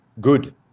good